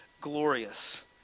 glorious